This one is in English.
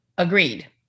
Agreed